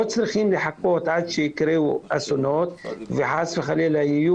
לא צריך לחכות עד שיקרו אסונות וחס וחלילה יהיו